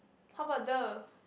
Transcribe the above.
how about the